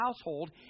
household